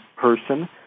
person